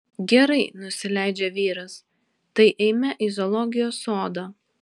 gerai nusileidžia vyras tai eime į zoologijos sodą